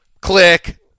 Click